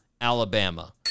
Alabama